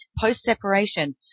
post-separation